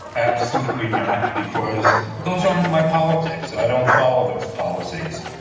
absolutely not, because those aren't my politics. i don't follow those policies.